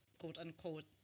quote-unquote